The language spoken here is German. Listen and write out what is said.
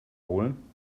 holen